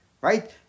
right